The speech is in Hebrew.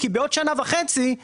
כי בעוד שנה וחצי אתה